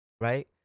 Right